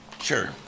Sure